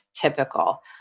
typical